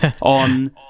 on